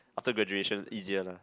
after graduation easier lah